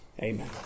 Amen